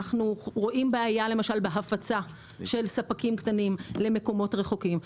אנחנו רואים בעיה למשל בהפצה של ספקים קטנים למקומות רחוקים,